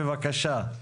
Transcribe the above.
בבקשה.